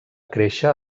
créixer